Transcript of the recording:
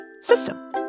system